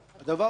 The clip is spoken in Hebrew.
שנית,